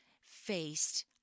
faced